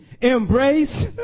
embrace